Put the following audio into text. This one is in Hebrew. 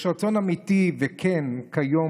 יש רצון אמיתי וכן כיום,